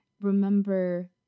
remember